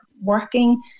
working